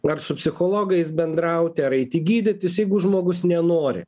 ar su psichologais bendrauti ar eiti gydytis jeigu žmogus nenori